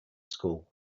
school